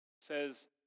says